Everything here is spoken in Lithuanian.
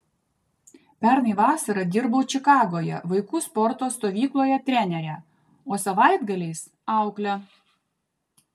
pernai vasarą dirbau čikagoje vaikų sporto stovykloje trenere o savaitgaliais aukle